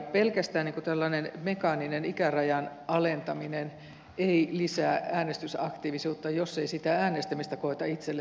pelkästään tällainen mekaaninen ikärajan alentaminen ei lisää äänestysaktiivisuutta jos ei sitä äänestämistä koeta itselle tärkeäksi